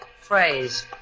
phrase